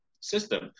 system